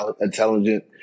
intelligent